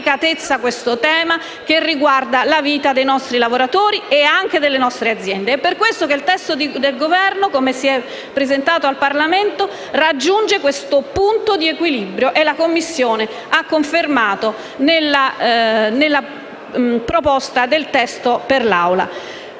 È per questo che il testo del Governo, come si è presentato al Parlamento, raggiunge un punto di equilibrio, che la Commissione ha confermato nella proposta del testo per l’Assemblea.